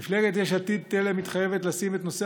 מפלגת יש עתיד-תל"ם מתחייבת לשים את נושא